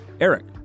Eric